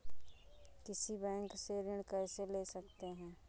किसी बैंक से ऋण कैसे ले सकते हैं?